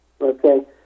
okay